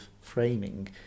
framing